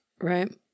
Right